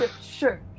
Sure